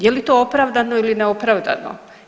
Je li to opravdano ili neopravdano.